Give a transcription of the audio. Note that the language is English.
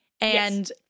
and-